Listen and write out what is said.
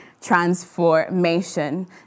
transformation